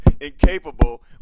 incapable